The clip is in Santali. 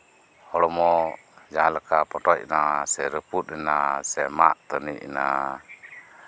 ᱦᱚᱲᱢᱚ ᱡᱟᱸᱦᱟ ᱞᱮᱠᱟ ᱯᱚᱴᱚᱡ ᱠᱟᱱᱟ ᱥᱮ ᱨᱟᱹᱯᱩᱫ ᱮᱱᱟ ᱥᱮ ᱢᱟᱜ ᱛᱟᱹᱱᱤᱡ ᱮᱱᱟ